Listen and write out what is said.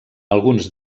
alguns